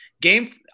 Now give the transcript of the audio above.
game